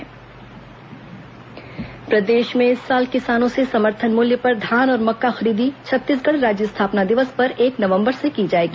धान खरीदी प्रदेश में इस साल किसानों से समर्थन मूल्य पर धान और मक्का खरीदी छत्तीसगढ़ राज्य स्थापना दिवस पर एक नवंबर से की जाएगी